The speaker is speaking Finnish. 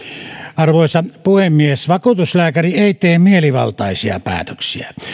arvoisa puhemies vakuutuslääkäri ei tee mielivaltaisia päätöksiä